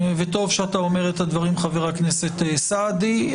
וטוב שאתה אומר את הדברים, חבר הכנסת סעדי.